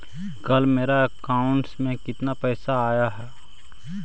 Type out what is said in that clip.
कल मेरा अकाउंटस में कितना पैसा आया ऊ?